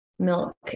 milk